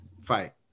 fight